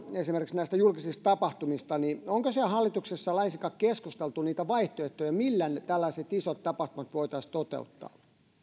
esimerkiksi näistä julkisista tapahtumista onko hallituksessa laisinkaan keskusteltu niitä vaihtoehtoja millä tällaiset isot tapahtumat voitaisiin toteuttaa